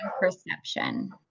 perception